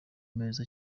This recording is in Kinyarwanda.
meza